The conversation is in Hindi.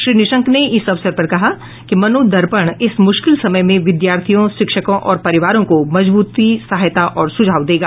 श्री निशंक ने इस अवसर पर कहा कि मनोदर्पण इस मुश्किल समय में विद्यार्थियों शिक्षकों और परिवारों को मजबूती सहायता और सुझाव देगा